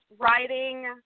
writing